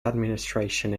administration